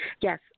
Yes